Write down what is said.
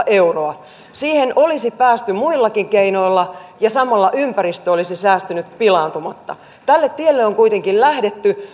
euroa siihen olisi päästy muillakin keinoilla ja samalla ympäristö olisi säästynyt pilaantumatta tälle tielle on kuitenkin lähdetty